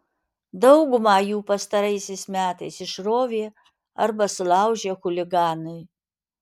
daugumą jų pastaraisiais metais išrovė arba sulaužė chuliganai